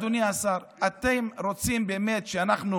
אדוני השר: אתם רוצים באמת שאנחנו